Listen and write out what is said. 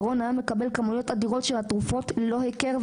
ורון היה מקבל כמויות אדירות של תרופות ללא היכר,